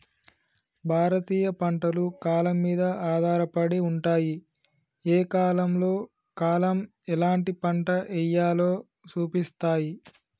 భారతీయ పంటలు కాలం మీద ఆధారపడి ఉంటాయి, ఏ కాలంలో కాలం ఎలాంటి పంట ఎయ్యాలో సూపిస్తాయి